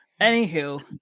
Anywho